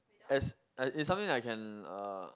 as uh it's something I can uh